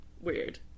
Weird